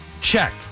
Check